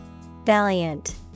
Valiant